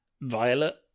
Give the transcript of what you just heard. violet